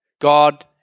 God